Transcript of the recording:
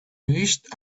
wished